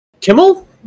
Kimmel